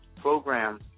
program